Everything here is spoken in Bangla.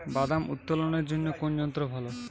বাদাম উত্তোলনের জন্য কোন যন্ত্র ভালো?